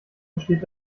besteht